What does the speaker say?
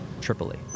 Tripoli